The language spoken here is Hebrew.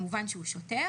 אז כמובן שהוא שוטר